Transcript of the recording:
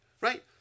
right